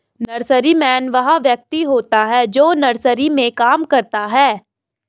nurseryman वह व्यक्ति होता है जो नर्सरी में काम करता है